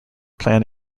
plan